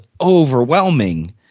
overwhelming